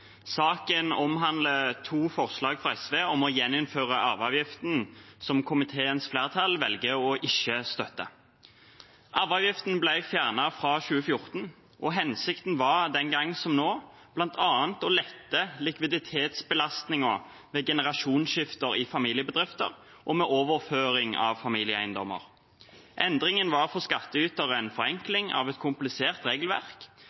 Saken omhandler to forslag fra SV om å gjeninnføre arveavgiften, som komiteens flertall velger å ikke støtte. Arveavgiften ble fjernet fra 2014, og hensikten var den gang som nå bl.a. å lette likviditetsbelastningen ved generasjonsskifte i familiebedrifter og ved overføring av familieeiendommer. Endringen var for skatteyteren en forenkling av et komplisert regelverk,